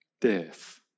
death